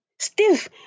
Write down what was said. Steve